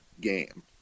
game